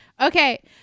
okay